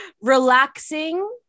Relaxing